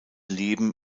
leben